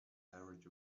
hurried